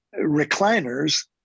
recliners